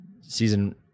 season